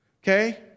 Okay